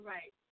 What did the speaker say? Right